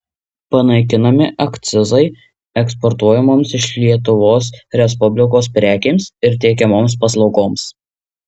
panaikinami akcizai eksportuojamoms iš lietuvos respublikos prekėms ir teikiamoms paslaugoms